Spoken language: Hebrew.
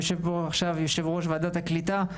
יושב פה עכשיו יושב-ראש ועדת הקליטה,